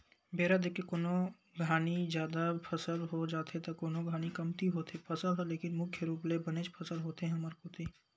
बेरा देख के कोनो घानी जादा फसल हो जाथे त कोनो घानी कमती होथे फसल ह लेकिन मुख्य रुप ले बनेच फसल होथे हमर कोती